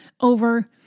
over